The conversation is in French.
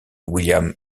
william